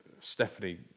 Stephanie